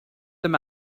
them